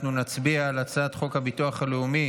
אנחנו נצביע על הצעת חוק הביטוח הלאומי